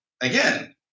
again